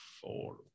four